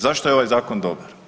Zašto je ovaj zakon dobar?